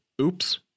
oops